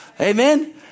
Amen